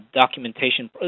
documentation